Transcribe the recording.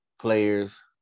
players